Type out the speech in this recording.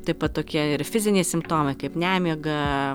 taip pat tokie ir fiziniai simptomai kaip nemiga